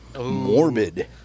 Morbid